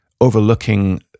overlooking